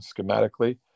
schematically